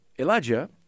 Elijah